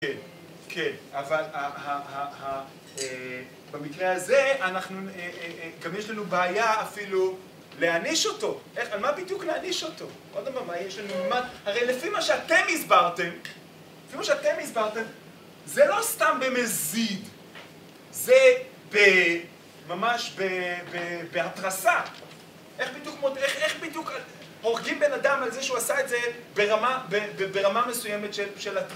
כן כן, אבל במקרה הזה אנחנו גם יש לנו בעיה אפילו להעניש אותו, איך, על מה בדיוק להעניש אותו? עוד דבר, הרי לפי מה שאתם הסברתם, לפי מה שאתם הסברתם זה לא סתם במזיד, זה ממש בהתרסה איך בדיוק הורגים בן אדם על זה שהוא עשה את זה ברמה מסוימת של התרסה